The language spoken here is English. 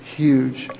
huge